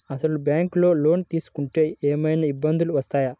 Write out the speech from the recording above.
అసలు ఈ బ్యాంక్లో లోన్ తీసుకుంటే ఏమయినా ఇబ్బందులు వస్తాయా?